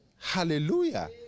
Hallelujah